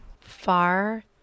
Far